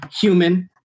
human